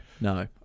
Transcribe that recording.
no